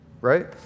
right